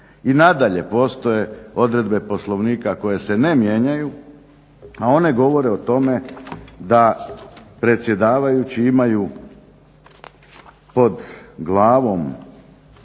I nadalje, postoje odredbe Poslovnika koje se ne mijenjaju, a one govore o tome da predsjedavajući imaju pod glavom